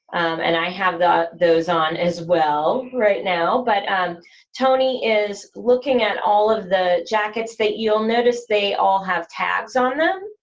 and i have those on as well right now, but tony is looking at all of the jackets, that you'll notice they all have tags on them.